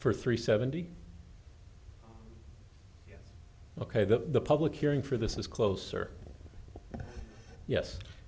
for three seventy ok the public hearing for this is closer yes